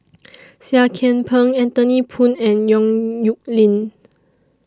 Seah Kian Peng Anthony Poon and Yong Nyuk Lin